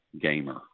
gamer